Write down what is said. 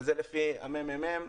וזה לפי הממ"מ,